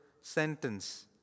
sentence